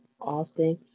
often